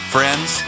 Friends